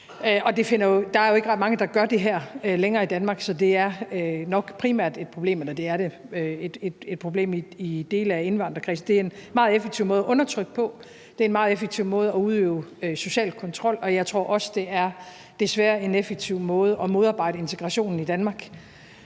der er jo ikke ret mange, der gør det her længere i Danmark, så det er primært et problem i dele af indvandrerkredsene. Det er en meget effektiv måde at undertrykke på og en meget effektiv måde at udøve social kontrol på, og jeg tror desværre også, at det er en effektiv måde at modarbejde integrationen i Danmark